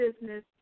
business